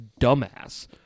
dumbass